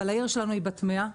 אבל העיר שלנו היא בת 100,